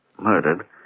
murdered